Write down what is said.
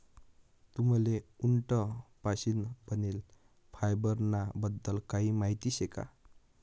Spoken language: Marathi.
तुम्हले उंट पाशीन बनेल फायबर ना बद्दल काही माहिती शे का?